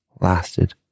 lasted